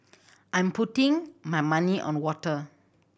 I'm putting my money on water